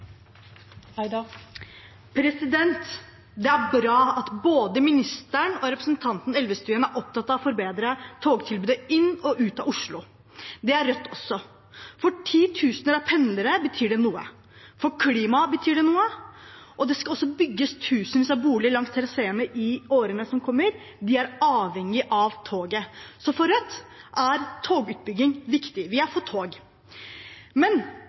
Elvestuen er opptatt av å forbedre togtilbudet inn og ut av Oslo. Det er Rødt også. Det betyr noe for titusener av pendlere, det betyr noe for klimaet. Det skal også bygges tusenvis av boliger langs traseene i årene som kommer, og de er avhengig av toget. For Rødt er togutbygging viktig – vi er for tog. Men